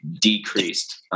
decreased